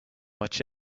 much